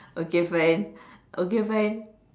okay fine okay fine